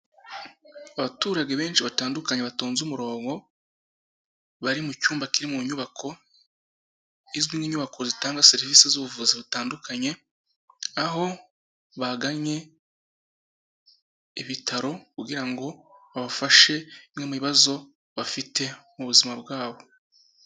Abaturage benshi batandukanye batonze umurongo, bari mu cyumba kiri mu nyubako, izwi nk'inyubako zitanga serivisi z'ubuvuzi butandukanye, aho baganye ibitaro, kugira ngo babafashe bimwe mu bibazo bafite mu buzima bwabo.